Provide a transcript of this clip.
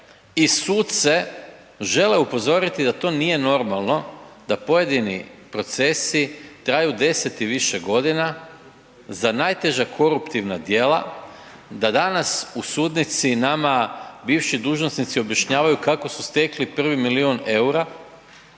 i suce žele upozoriti da to nije normalno da pojedini procesi traju 10 i više godina za najteža koruptivna djela, da danas u sudnici nama bivši dužnosnici objašnjavaju kako su stekli prvi milijun eura